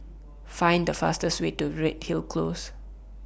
Find The fastest Way to Redhill Close